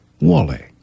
Wally